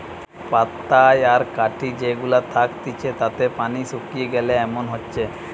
পাতায় আর কাঠি যে গুলা থাকতিছে তাতে পানি শুকিয়ে গিলে এমন হচ্ছে